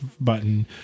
button